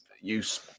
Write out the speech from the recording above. use